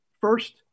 first